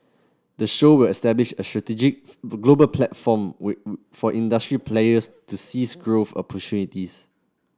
the show will establish a strategic to global platform with for industry players to seize growth opportunities